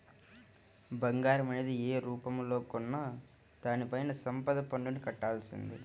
బంగారం అనేది యే రూపంలో కొన్నా దానిపైన సంపద పన్నుని కట్టాల్సిందే